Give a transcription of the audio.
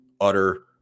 utter